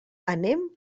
anem